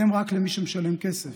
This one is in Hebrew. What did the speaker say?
הן רק למי שמשלם כסף.